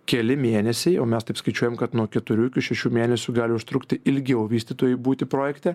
keli mėnesiai o mes taip skaičiuojam kad nuo keturių iki šešių mėnesių gali užtrukti ilgiau vystytojui būti projekte